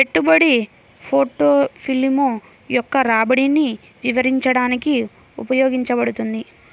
పెట్టుబడి పోర్ట్ఫోలియో యొక్క రాబడిని వివరించడానికి ఉపయోగించబడుతుంది